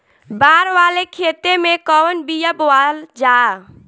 बाड़ वाले खेते मे कवन बिया बोआल जा?